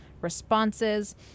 responses